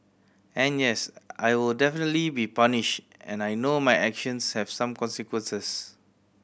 and yes I will definitely be punished and I know my actions have some consequences